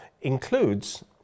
includes